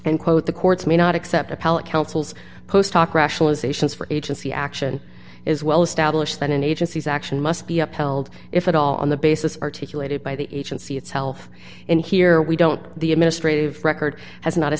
and quote the courts may not accept appellate councils post hoc rationalizations for agency action is well established that an agency's action must be upheld if at all on the basis articulated by the agency itself and here we don't the administrative record has not a